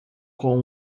com